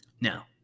Now